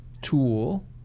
tool